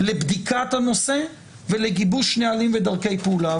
לבדיקת הנושא ולגיבוש נהלים ודרכי פעולה.